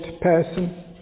person